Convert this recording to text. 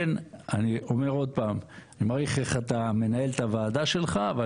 אני אומר עוד פעם: אני מעריך איך שאתה מנהל את הוועדה שלך אבל